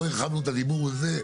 לא הרחבנו את הדיבור על זה,